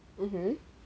mmhmm